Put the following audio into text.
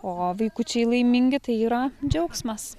o vaikučiai laimingi tai yra džiaugsmas